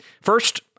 First